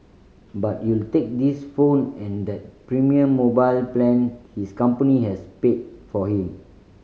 but you'll take this phone and that premium mobile plan his company has paid for him